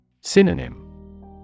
Synonym